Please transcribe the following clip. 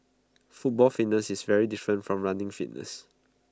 football fitness is very different from running fitness